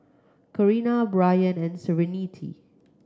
Carina Brianne and Serenity